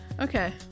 Okay